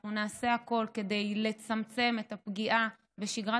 אנחנו נעשה הכול כדי לצמצם את הפגיעה בשגרת